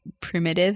primitive